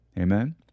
Amen